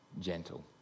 Gentle